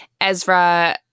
Ezra